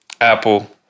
Apple